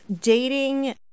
dating